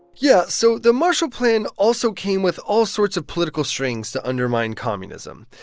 yeah, so the marshall plan also came with all sorts of political strings to undermine communism.